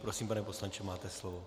Prosím, pane poslanče, máte slovo.